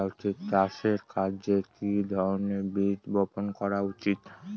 চাষের কাজে কি ধরনের বীজ বপন করা উচিৎ?